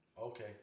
Okay